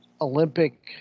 Olympic